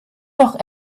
doch